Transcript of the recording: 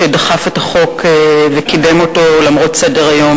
שדחף את החוק וקידם אותו למרות סדר-היום